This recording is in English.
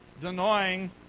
denying